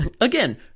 Again